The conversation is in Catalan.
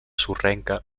sorrenca